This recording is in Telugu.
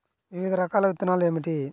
వివిధ రకాల విత్తనాలు ఏమిటి?